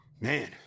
man